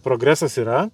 progresas yra